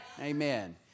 Amen